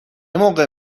موقع